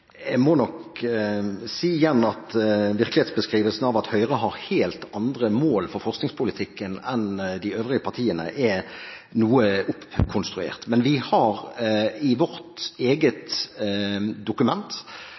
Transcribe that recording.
Jeg må nok igjen si at virkelighetsbeskrivelsen av at Høyre har helt andre mål for forskningspolitikken enn de øvrige partiene, er noe oppkonstruert. Men vi har i vårt eget dokument,